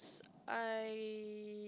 I